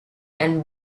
and